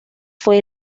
fue